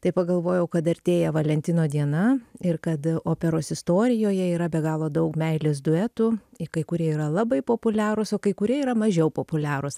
tai pagalvojau kad artėja valentino diena ir kad operos istorijoje yra be galo daug meilės duetų kai kurie yra labai populiarūs o kai kurie yra mažiau populiarūs